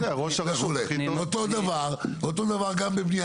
משרד החקלאות זה לא רק תכנון